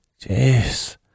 jeez